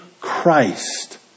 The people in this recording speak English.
Christ